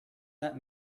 that